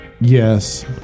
Yes